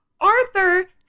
Arthur